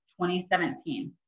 2017